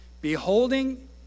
Beholding